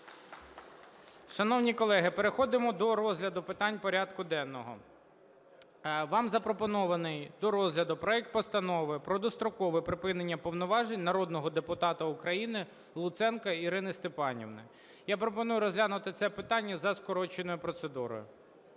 Шановні колеги, переходимо до розгляду питань порядку денного. Вам запропонований до розгляду проект Постанови про дострокове припинення повноважень народного депутата України Луценко Ірини Степанівни. Я пропоную розглянути це питання за скороченою процедурою.